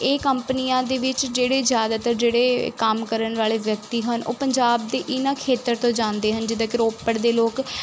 ਇਹ ਕੰਪਨੀਆਂ ਦੇ ਵਿੱਚ ਜਿਹੜੇ ਜ਼ਿਆਦਾਤਰ ਜਿਹੜੇ ਕੰਮ ਕਰਨ ਵਾਲੇ ਵਿਅਕਤੀ ਹਨ ਉਹ ਪੰਜਾਬ ਦੇ ਇਹਨਾਂ ਖੇਤਰ ਤੋਂ ਜਾਂਦੇ ਹਨ ਜਿੱਦਾਂ ਕਿ ਰੋਪੜ ਦੇ ਲੋਕ